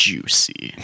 Juicy